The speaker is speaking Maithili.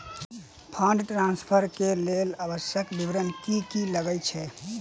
फंड ट्रान्सफर केँ लेल आवश्यक विवरण की की लागै छै?